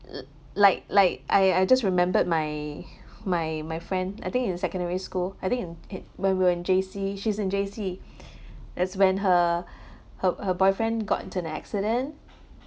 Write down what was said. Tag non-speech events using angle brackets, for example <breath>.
l~ like like I I just remembered my my my friend I think in secondary school I think in it when we were in J_C she's in J_C <breath> that's when her her her boyfriend got into an accident